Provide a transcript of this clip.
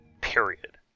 period